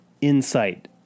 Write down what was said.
insight